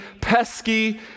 pesky